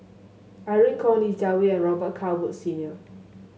Irene Khong Li Jiawei and Robet Carr Woods Senior